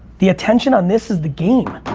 the attention on this is the game.